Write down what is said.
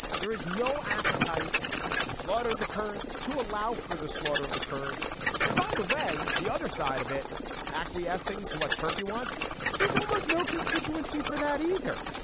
there is no appetite to slaughter the kurds to allow for the slaughter of the kurds and by the way the other side of it acquiescing to what turkey wants there is almost no constituency for that either.